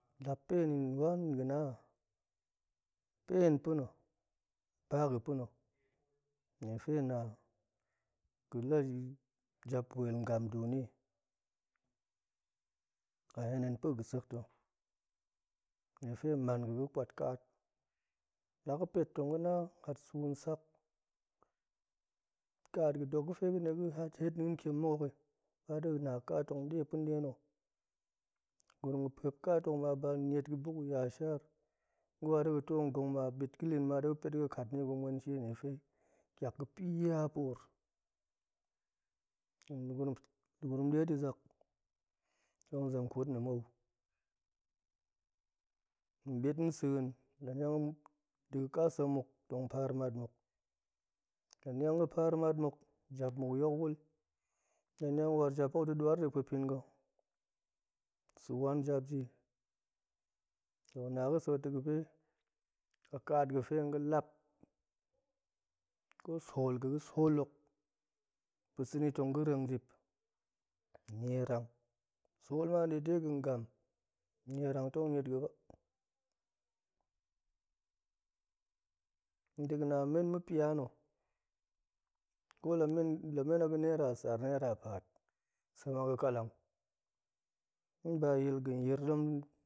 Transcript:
Lap pen yin wani ga̱na, pen pa̱na̱, ba ga̱ pa̱na̱ niefe hen na ga̱ jap wel ngam nduni, a hen, hen pa̱ ga̱sek ta̱, nie fe hen man ga̱ ga̱ kwat ƙaat, la ga̱ pet tong ga̱na hat su nsak, ƙaat ga̱dok ga̱ ga̱fe ga̱nɗe ga̱ hat-het niin kiem muk hok i ba da̱ ga̱na ƙat ton ɗe pa̱na̱ nɗe na̱, gurum ga̱ pwop ƙaat hok ma ba niet ga̱ buk gu ya shaar, ga̱wa da̱ ga̱ too ngong ma ɓit ga̱ lin ma ɗe ga̱ pet da̱ ga̱ kat ni gu ma̱en shie niefe ƙiak ga̱ pia puur, nda̱ gurum nda̱ gurum ɗe ɗi zak, tong zem kut na̱ mou, nɓit nsa̱n, laniang da̱ ƙa sek muk, tong paar mat muk, laniang ga̱ paar mat muk, jap muk yok wul, laniang war jap hok da̱ ɗuar ɗi pa̱epin ga̱, sa̱ wan jap ji, toh ga̱na ga̱sek ta̱ ga̱bi a ƙaat ga̱fe nga̱ lap ƙo sool, ga̱ ga̱ sool hok, pa̱ sa̱ ni, tong ga̱ reng dip, nierang, sool na nɗe de ga̱n ngam, nierang tong niet ga̱ ba, nita̱ ga̱ na men ma̱ pia na̱, ko la men la men a ga̱ naira sar, naira paat, sem a ga̱ ƙalang, nba yil ga̱n yir ɗem